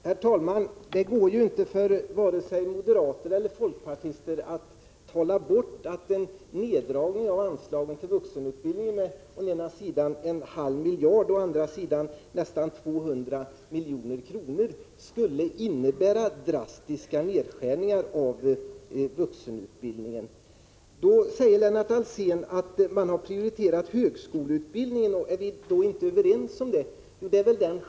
Herr talman! Det går inte för vare sig moderater eller folkpartister att förneka att en neddragning av anslaget till vuxenutbildningen med å ena sidan en halv miljard och å andra sidan med nästan 200 milj. skulle innebära drastiska nedskärningar av vuxenutbildningen. Lennart Alsén säger att folkpartiet har prioriterat högskoleutbildningen och undrar om vi inte är överens om att en sådan prioritering skall göras.